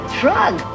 drug